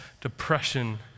depression